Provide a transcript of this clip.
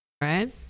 right